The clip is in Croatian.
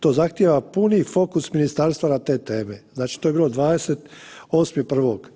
To zahtijeva puni fokus ministarstva na te teme." Znači to je bilo 28.1.